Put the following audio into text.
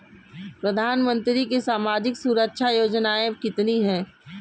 प्रधानमंत्री की सामाजिक सुरक्षा योजनाएँ कितनी हैं?